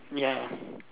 ya